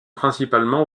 principalement